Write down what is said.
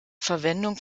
verwendung